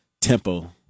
tempo